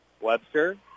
Webster